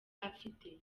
afite